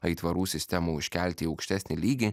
aitvarų sistemą užkelti į aukštesnį lygį